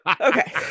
Okay